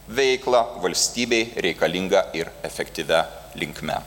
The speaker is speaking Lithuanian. veiklą valstybei reikalinga ir efektyvia linkme